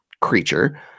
creature